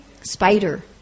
spider